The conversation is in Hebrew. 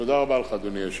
תודה רבה לך, אדוני היושב-ראש.